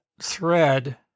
thread